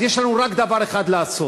אז יש לנו רק דבר אחד לעשות,